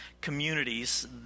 communities